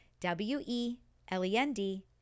W-E-L-E-N-D